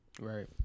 Right